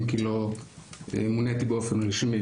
אם כי לא מוניתי באופן רשמי,